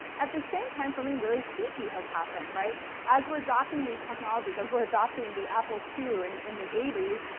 at the same time, something really sneaky has happened. right as we're adopting these technologies, as we're adopting the apple ii and in the eighty s,